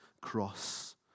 cross